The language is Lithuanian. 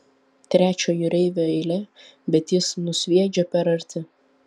trečio jūreivio eilė bet jis nusviedžia per arti